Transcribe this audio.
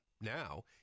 Now